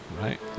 Right